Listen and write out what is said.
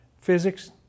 Physics